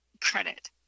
credit